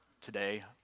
today